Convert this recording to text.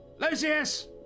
Lucius